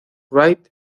wright